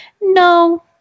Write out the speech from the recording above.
no